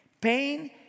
pain